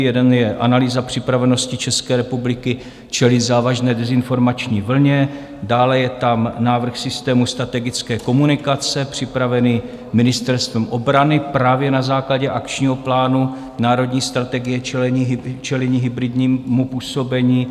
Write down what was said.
Jeden je analýza připravenosti České republiky čelit závažné dezinformační vlně, dále je tam návrh systému strategické komunikace, připravený Ministerstvem obrany právě na základě akčního plánu Národní strategie čelení hybridnímu působení.